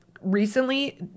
Recently